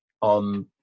on